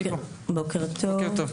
בוקר טוב,